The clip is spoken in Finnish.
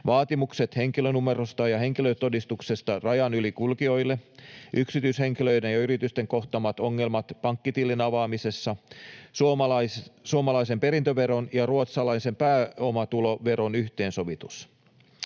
vaatimukset henkilönumerosta ja henkilötodistuksesta rajan yli kulkijoille; yksityishenkilöiden ja yritysten kohtaamat ongelmat pankkitilin avaamisessa; suomalaisen perintöveron ja ruotsalaisen pääomatuloveron yhteensovitus.